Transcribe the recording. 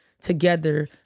together